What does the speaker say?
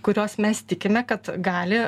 kurios mes tikime kad gali